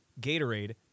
Gatorade